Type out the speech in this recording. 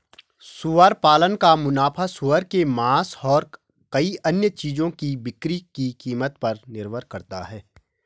सुअर पालन का मुनाफा सूअर के मांस और कई अन्य चीजों की बिक्री की कीमत पर निर्भर करता है